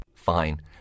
Fine